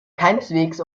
keineswegs